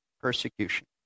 persecution